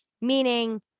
meaning